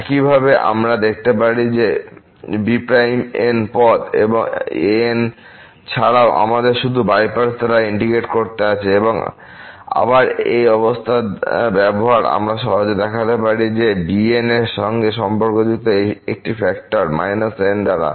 একইভাবে আমরা দেখাতে পারি যে b'n পদ an এছাড়াও আমাদের শুধু বাই পার্টস দ্বারা ইন্টিগ্রেট করতে আছে এবং আবার এই অবস্থার ব্যবহার আমরা সহজে দেখাতে পারি যে এই b'n এর সঙ্গে সম্পর্কযুক্ত একটি ফ্যাক্টর −n দ্বারা